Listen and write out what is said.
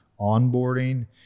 onboarding